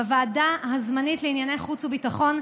בוועדה הזמנית לענייני חוץ וביטחון,